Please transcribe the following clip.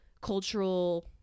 cultural